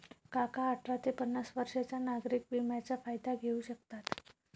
काका अठरा ते पन्नास वर्षांच्या नागरिक विम्याचा फायदा घेऊ शकतात